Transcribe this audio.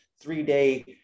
three-day